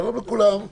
שלום לכולם,